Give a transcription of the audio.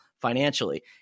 financially